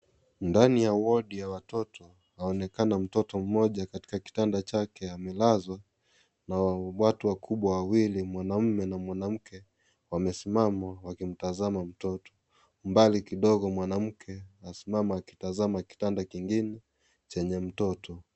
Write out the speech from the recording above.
Ndani ya wodi ya watoto anaonekana mtoto mmoja katika kitanda chake amelazwa na watu wakubwa wawili , mwanaume na mwanamke wamesimama wakimtazama mtoto. Mbali kidogo mwanamke asimama akitazama kitanda kingine chenye mtoto.